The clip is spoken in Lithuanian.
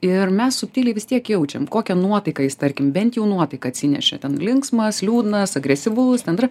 ir mes subtiliai vis tiek jaučiam kokią nuotaiką jis tarkim bent jau nuotaiką atsinešė ten linksmas liūdnas agresyvus ten dar